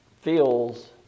feels